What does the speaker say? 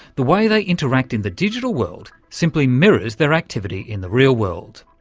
the way they interact in the digital world simply mirrors their activity in the real world.